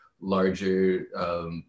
Larger